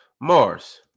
Mars